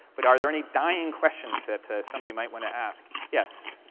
but are there any dying questions that somebody might want to ask? yes?